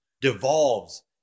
Devolves